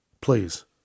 Please